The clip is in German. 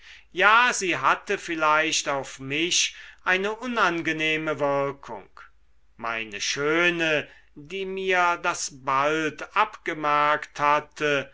ja sie hatte vielmehr auf mich eine unangenehme wirkung meine schöne die mir das bald abgemerkt hatte